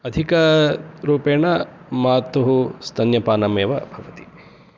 अधिकरूपेण मातुः स्तन्यपानम् एव भवति